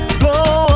blow